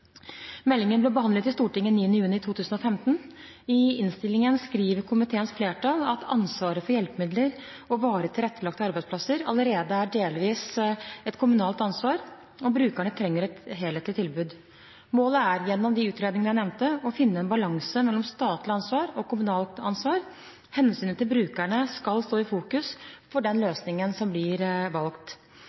Meldingen ble behandlet i Stortinget 9. juni 2015. I innstillingen skriver komiteens flertall at «ansvaret for hjelpemidler og varig tilrettelagte arbeidsplasser allerede delvis er et kommunalt ansvar, og brukerne trenger et helhetlig tilbud. Målet er å gjennom utredningene finne en naturlig balanse mellom statlig ansvar og kommunalt ansvar. Hensynet til brukerne skal stå i fokus for den løsningen som blir valgt».